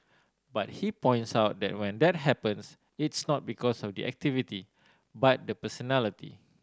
but he points out that when that happens it's not because of the activity but the personality